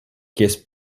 kies